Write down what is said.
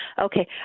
Okay